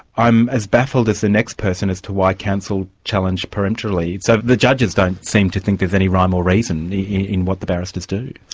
i'm as baffled as the next person as to why counsel challenged peremptorily, so the judges don't seem to think there's any rhyme or reason in what the barristers do.